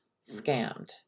scammed